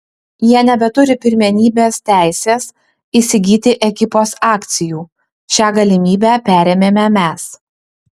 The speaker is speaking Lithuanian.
jie nebeturi pirmenybės teisės įsigyti ekipos akcijų šią galimybę perėmėme mes